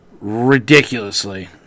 ridiculously